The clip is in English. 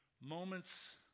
Moments